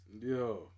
Yo